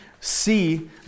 See